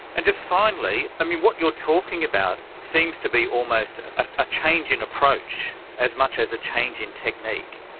and just finally, i mean what you're talking about seems to be almost ah a change in approach as much as a change in technique,